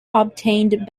obtained